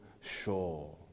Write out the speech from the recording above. sure